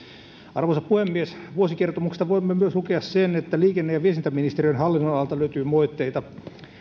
arvoisa puhemies vuosikertomuksesta voimme lukea myös sen että liikenne ja viestintäministeriön hallinnonalalta löytyy moitteita